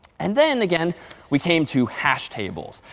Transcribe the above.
and then again we came to hash tables.